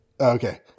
Okay